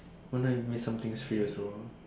why not you give me some things free also ah